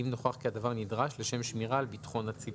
אם נוכח כי הדבר נדרש לשם שמירה על ביטחון הציבור.